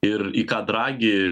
ir ė ką dragi